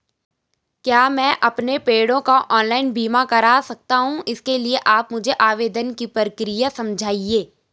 क्या मैं अपने पेड़ों का ऑनलाइन बीमा करा सकता हूँ इसके लिए आप मुझे आवेदन की प्रक्रिया समझाइए?